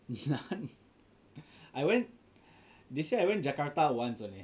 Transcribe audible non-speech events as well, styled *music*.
*noise* I went this year I went Jakarta once only